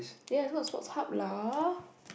ya it's called Sports Hub lah